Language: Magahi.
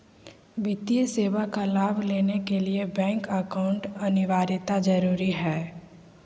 वित्तीय सेवा का लाभ लेने के लिए बैंक अकाउंट अनिवार्यता जरूरी है?